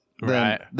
Right